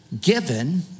given